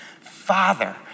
Father